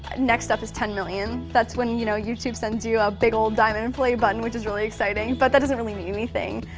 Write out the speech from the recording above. next up is ten million. that's when you know youtube sends you a big ole diamond and play button which is really exciting, but that doesn't really mean anything.